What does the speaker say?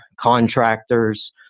contractors